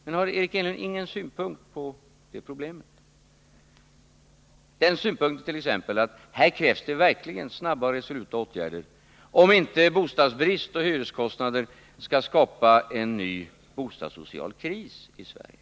Men har Eric Enlund ingen synpunkt på det problemet — den synpunkten t.ex. att här krävs det verkligen snara och resoluta åtgärder om inte bostadsbrist och hyreskostnader skall skapa en ny bostadssocial kris i Sverige?